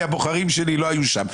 כי הבוחרים שלי לא היו שם.